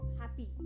happy